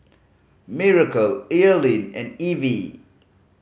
Miracle Earlean and Evie